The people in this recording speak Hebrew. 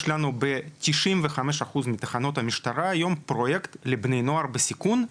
יש לנו ב-95% מתחנות המשטרה היום פרויקט לבני נוער בסיכון,